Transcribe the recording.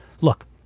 look